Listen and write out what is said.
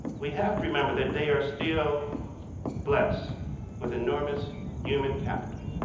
we have to remember that they are still blessed with enormous human capital.